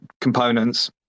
components